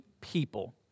people